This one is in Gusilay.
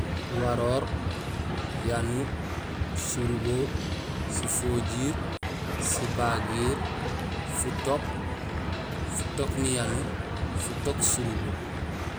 Waroor, yanuur, surubo, sifojiir, sibagiir, futook, futook niyanuur, futook surubo.